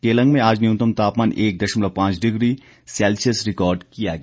केलंग में आज न्यूनतम तापमान एक दशमलव पांच डिग्री सैल्सियस रिकॉर्ड किया गया